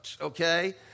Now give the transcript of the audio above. okay